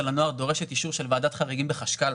הנוהל דורשת אישור של ועדת חריגים בחשכ"ל.